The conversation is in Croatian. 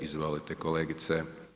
Izvolite kolegice.